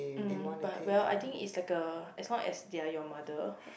mm but well I think it's like uh as long as they are your mother